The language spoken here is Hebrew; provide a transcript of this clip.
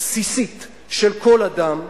בסיסית של כל אדם,